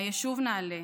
מהיישוב נעלה,